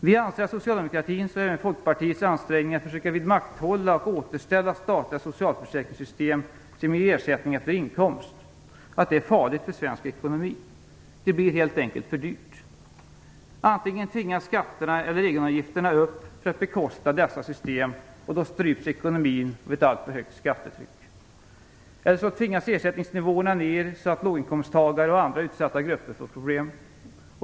Vi anser att socialdemokratins, och även Folkpartiets, ansträngningar att försöka vidmakthålla och återställa statliga socialförsäkringssystem som ger ersättning efter inkomst är farliga för svensk ekonomi. Det blir helt enkelt för dyrt. Antingen tvingas skatterna eller egenavgifterna upp för att bekosta dessa system, och då stryps ekonomin av ett alltför högt skattetryck, eller också tvingas ersättningsnivåerna ner så att låginkomsttagare och andra utsatta grupper får problem.